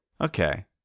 Okay